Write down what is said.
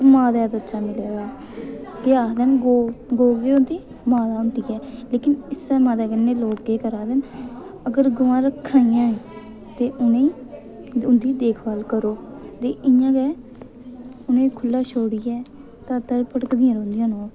मातै दे बच्चा निकले दा केह् आखदे न गौ गौ केह् होंदी ऐ माता होंदी ऐ लेकिन इस्सै माता कन्नै लोक केह् करै दे न अगर गवां रक्खनियां न ते उ'नें गी ते उं'दी देख भाल करो ते इ'यां गै उ'नें गी खुह्ल्ला छोड़ियै दर दर भड़कदियां रौंह्दियां न ओह्